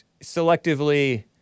selectively